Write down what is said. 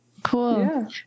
Cool